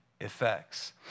effects